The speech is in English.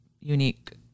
unique